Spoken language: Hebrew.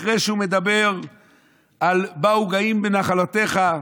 אחרי שהוא מדבר על "באו גויׅם בנחלתך,